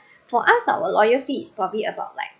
for us our lawyer fees is probably about like